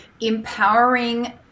empowering